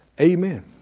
Amen